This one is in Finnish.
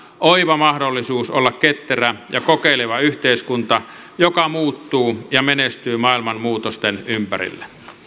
oiva mahdollisuus olla ketterä ja kokeileva yhteiskunta joka muuttuu ja menestyy maailman muutosten ympärillä